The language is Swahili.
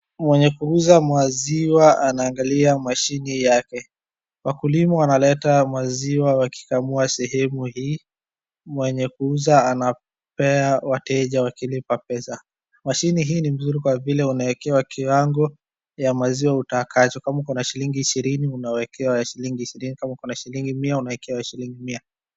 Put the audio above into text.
Mwenye kuuza maziwa anaangalia mashine yake. Wakulima wanaleta maziwa wakikamua sehemu hii. Mwenye kuuza anapea wateja wakilipa pesa. Mashine hii ni mzuri kwa vile unaekewa kiwango ya maziwa utakacho. Kama uko na shilingi ishirini, unaekewa ya shilingi ishirini. Kama uko na shilingi mia, unaekewa ya shilingi mia.